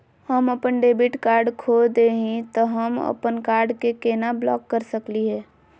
हम अपन debit card खो दे ही, त हम अप्पन कार्ड के केना ब्लॉक कर सकली हे?